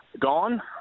Gone